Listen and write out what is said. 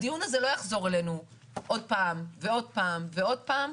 שהדיון הזה לא יחזור אלינו עוד פעם ועוד פעם ועוד פעם.